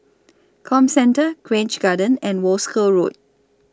Comcentre Grange Garden and Wolskel Road